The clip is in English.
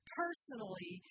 personally